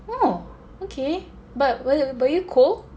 oh okay but were were you cold